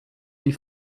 die